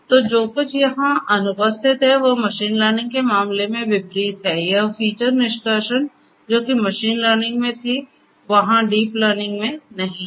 तो जो कुछ यहां अनुपस्थित है वह मशीन लर्निंग के मामले में विपरीत है यह फीचर निष्कर्षण जो कि मशीन लर्निंग में थी वहां डीप लर्निंग में नहीं है